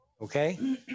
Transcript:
Okay